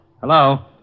Hello